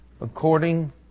according